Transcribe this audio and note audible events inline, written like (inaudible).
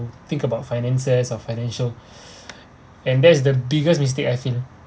to think about finances or financial (breath) and that is the biggest mistake I think